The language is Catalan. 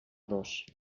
dos